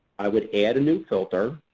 i would add a new filter,